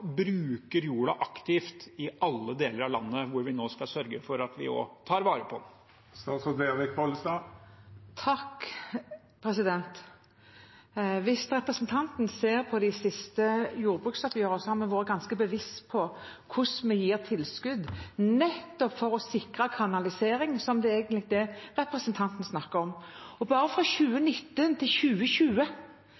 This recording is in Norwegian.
bruker jorda aktivt i alle deler av landet, hvor man også skal sørge for at vi tar vare på jorda? Hvis representanten ser på de siste jordbruksoppgjørene, har vi vært ganske bevisst på hvordan vi gir tilskudd nettopp for å sikre kanalisering, som er det som representanten egentlig snakker om. Bare fra